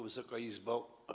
Wysoka Izbo!